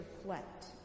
reflect